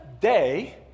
day